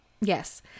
Yes